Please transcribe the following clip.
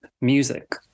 music